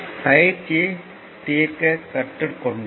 பயிற்சியை தீர்க்க கற்றுக் கொண்டோம்